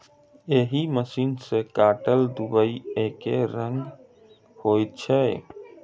एहि मशीन सॅ काटल दुइब एकै रंगक होइत छै